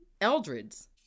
Eldred's